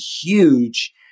huge